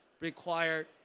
require